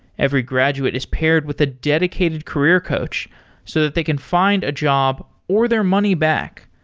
every graduate is paired with a dedicated career coach so that they can find a job or their money back.